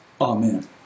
amen